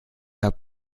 habt